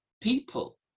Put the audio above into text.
people